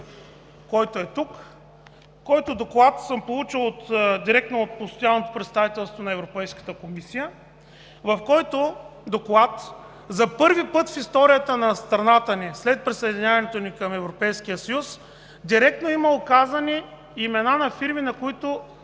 който е тук, който съм получил директно от Постоянното представителство на Европейската комисия, в който доклад за първи път в историята на страната ни – след присъединяването ни към Европейския съюз, директно има указани имена на фирми, на които